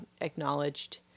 acknowledged